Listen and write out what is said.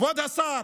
כבוד השר,